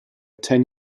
ten